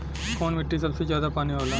कौन मिट्टी मे सबसे ज्यादा पानी होला?